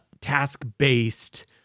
task-based